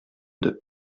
deux